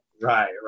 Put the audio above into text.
Right